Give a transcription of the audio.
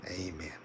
amen